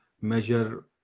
measure